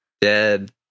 dead